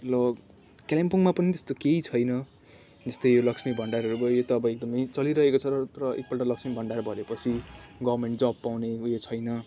र कालिम्पोङमा पनि त्यस्तो केही छैन जस्तै लक्ष्मी भण्डारहरू भयो यो त अब एकदमै चलिरहेको छ र एकपल्ट लक्ष्मी भण्डार भरेपछि गभर्मेन्ट जब पाउने उयो छैन